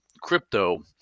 crypto